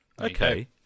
Okay